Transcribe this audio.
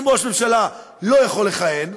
אם ראש ממשלה לא יכול לכהן,